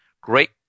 great